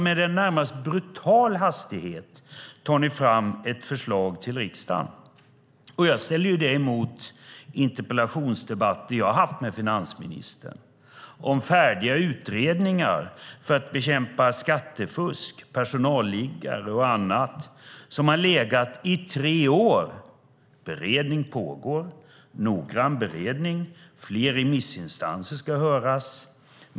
Med en närmast brutal hastighet har ni tagit fram ett förslag till riksdagen. Jag ställer det mot interpellationsdebatter som jag haft med finansministern om färdiga utredningar som har legat i tre år och som handlar om att bekämpa skattefusk, personalliggare och annat. Beredning pågår, en noggrann beredning måste göras, fler remissinstanser ska höras - det är argument man brukar få höra.